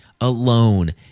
alone